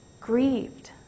grieved